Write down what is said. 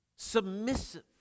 submissive